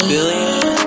Billion